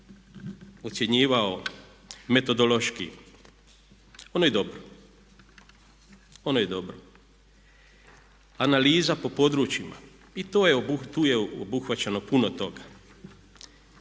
ocjenjivao metodološki ono je dobro. Analiza po područjima i tu je obuhvaćeno puno toga.